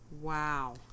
Wow